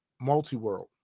multi-world